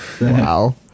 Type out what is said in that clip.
Wow